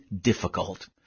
difficult